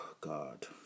God